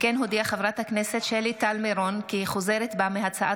כמו כן הודיעה חברת הכנסת שלי טל מירון כי היא חוזרת בה מהצעת